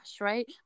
right